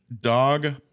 dog